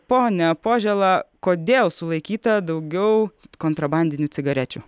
pone požela kodėl sulaikyta daugiau kontrabandinių cigarečių